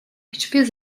hiçbir